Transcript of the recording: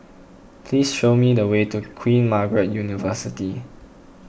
please show me the way to Queen Margaret University